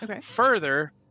Further